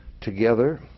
together